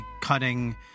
cutting